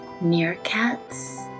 meerkats